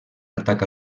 atac